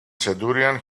centurion